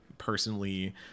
personally